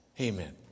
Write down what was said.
Amen